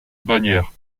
bagnères